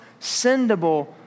sendable